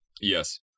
Yes